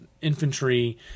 infantry